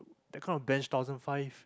that kind of grand thousand five